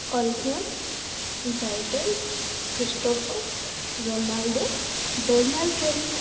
ulcer ઝાંયટર Christopher Ronaldo Donald Trump